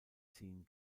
ziehen